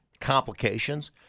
complications